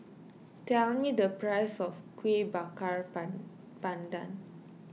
tell me the price of Kueh Bakar Pandan